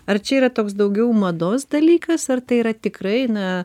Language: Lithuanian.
ar čia yra toks daugiau mados dalykas ar tai yra tikrai na